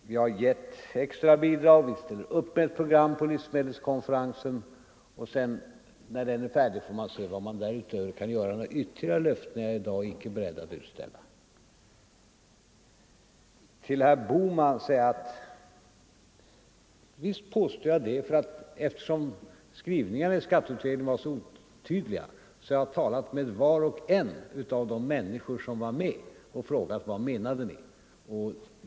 Vi har gett extra bidrag. Vi ställer upp ett program på livsmedelskonferensen. När detta är fullföljt får vi se vad man därutöver kan göra. Några ytterligare löften är jag i dag icke beredd att ge. Till herr Bohman vill jag säga att jag håller fast vid mitt påstående. Eftersom skrivningen i skatteutredningen var så otydlig har jag talat med var och en av de människor som var med och frågat dem vad de menade.